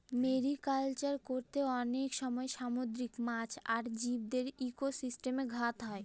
mariculture করতে অনেক সময় সামুদ্রিক মাছ আর জীবদের ইকোসিস্টেমে ঘাত হয়